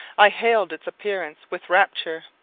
i hailed its appearance with rapture.